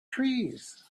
trees